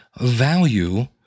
value